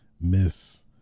miss